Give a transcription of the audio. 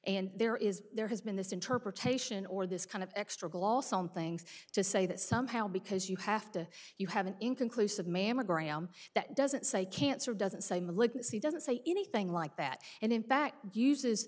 and there is there has been this interpretation or this kind of extra gloss on things to say that somehow because you have to you have an inconclusive mammogram that doesn't say cancer doesn't say malignancy doesn't say anything like that and in fact uses